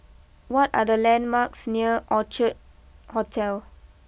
what are the landmarks near Orchard Hotel